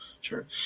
sure